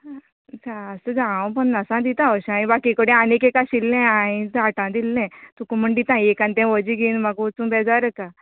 आतां हांव पन्नासा दिता हरशी हांवे बाकी कडेन आनीक एक आशिल्ले हांवें साठा दिल्ले तुका म्हण दिता एक ते वजे घेवन म्हाका वचू बेजार येता